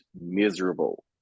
miserable